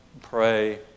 pray